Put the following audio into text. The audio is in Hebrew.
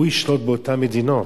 הוא ישלוט באותן מדינות,